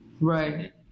Right